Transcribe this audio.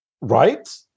Right